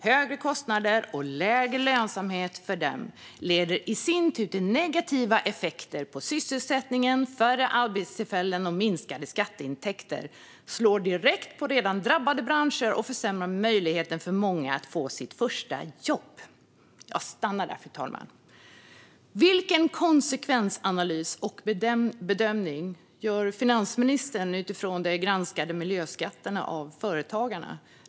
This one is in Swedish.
Högre kostnader och lägre lönsamhet för dem leder i sin tur till negativa effekter på sysselsättningen, färre arbetstillfällen och minskade skatteintäkter. Det slår direkt på redan drabbade branscher och försämrar möjligheten för många att få sitt första jobb. Jag stannar där, fru talman. Vilken konsekvensanalys och bedömning gör finansministern utifrån de miljöskatter som granskats av Företagarna?